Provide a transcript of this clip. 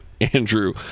Andrew